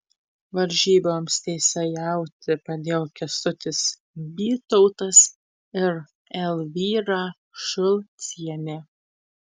varžyboms teisėjauti padėjo kęstutis bytautas ir elvyra šulcienė